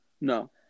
No